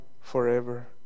forever